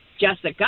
jessica